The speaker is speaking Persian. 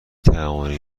توانید